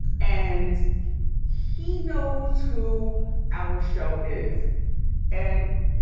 and he knows who our show is and